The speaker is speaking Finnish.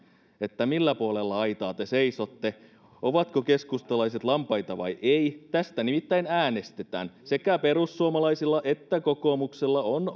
millä puolella aitaa te seisotte ovatko keskustalaiset lampaita vai eivät tästä nimittäin äänestetään sekä perussuomalaisilla että kokoomuksella on